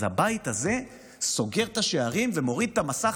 אז הבית הזה סוגר את השערים ומוריד את המסך